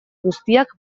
guztiak